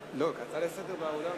ההצעה לסדר-היום,